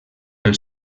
pel